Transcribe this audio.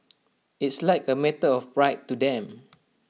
it's like A matter of pride to them